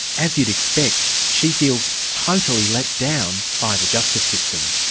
as you'd expect, she feels totally let down by the justice system.